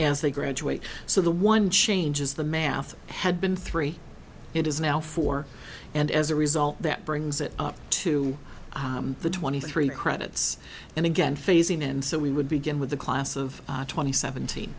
as they graduate so the one changes the math had been three it is now four and as a result that brings it up to the twenty three credits and again phasing in so we would begin with a class of twenty sevent